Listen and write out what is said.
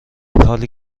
حالی